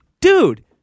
dude